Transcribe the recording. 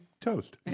toast